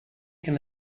can